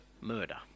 murder